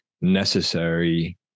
necessary